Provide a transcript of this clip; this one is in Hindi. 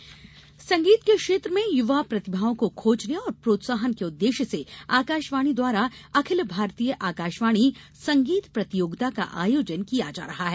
आकाशवाणी संगीत प्रतियोगिता संगीत के क्षेत्र में युवा प्रतिभाओं को खोजने और प्रोत्साहन के उद्देश्य से आकाशवाणी द्वारा अखिल भारतीय आकाशवाणी संगीत प्रतियोगिता का आयोजन किया जा रहा है